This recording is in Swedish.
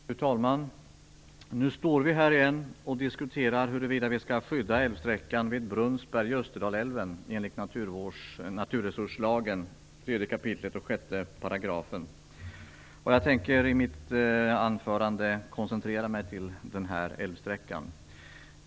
Fru talman! Nu står vi här igen och diskuterar huruvida vi skall skydda älvsträckan vid Brunnsberg i Österdalälven enligt naturresurslagen 3 kap. 6 §. Jag tänker i mitt anförande koncentrera mig till denna älvsträcka.